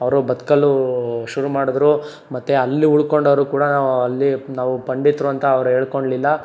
ಅವರು ಬದುಕಲು ಶುರು ಮಾಡಿದ್ರು ಮತ್ತು ಅಲ್ಲಿ ಉಳ್ಕೊಂಡವರು ಕೂಡ ಅಲ್ಲಿ ನಾವು ಪಂಡಿತರು ಅಂತ ಅವ್ರು ಹೇಳ್ಕೊಳ್ಳಿಲ್ಲ